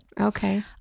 Okay